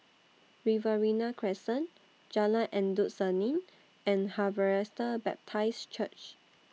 Riverina Crescent Jalan Endut Senin and Harvester Baptist Church